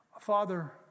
Father